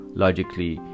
logically